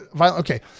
okay